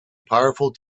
powerful